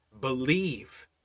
believe